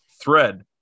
thread